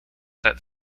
that